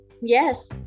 Yes